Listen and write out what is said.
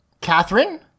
Catherine